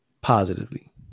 positively